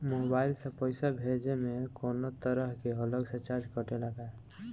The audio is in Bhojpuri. मोबाइल से पैसा भेजे मे कौनों तरह के अलग से चार्ज कटेला का?